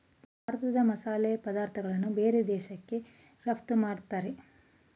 ಭಾರತ ಮಸಾಲೆ ಪದಾರ್ಥಗಳನ್ನು ಬೇರೆ ದೇಶಕ್ಕೆ ರಫ್ತು ಮಾಡತ್ತರೆ